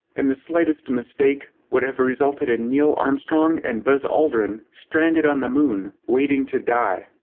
and the slightest mistake would have resulted in neil armstrong and buzz aldrin stranded on the moon, waiting to die.